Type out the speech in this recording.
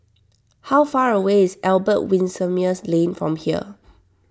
how far away is Albert Winsemius Lane from here